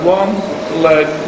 one-leg